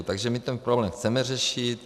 Takže my ten problém chceme řešit.